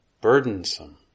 burdensome